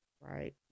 right